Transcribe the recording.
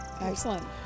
Excellent